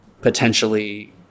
potentially